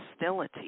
hostility